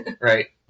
right